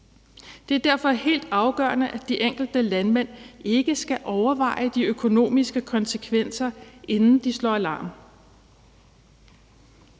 Det er derfor helt afgørende, at de enkelte landmænd ikke skal overveje de økonomiske konsekvenser, inden de slår alarm.